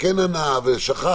וכן ענה או שכח,